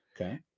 Okay